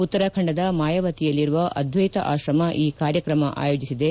ಉತ್ತರಾಖಂಡದ ಮಾಯವತಿಯಲ್ಲಿರುವ ಅಧ್ಯೈತ ಆಶ್ರಮ ಈ ಕಾರ್ಯಕ್ರಮ ಆಯೋಜಿಸಿದೆ